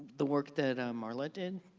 the work that marla did?